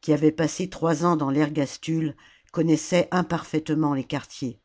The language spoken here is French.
qui avait passé trois ans dans l'erfastule connaissait imparfaitement les quartiers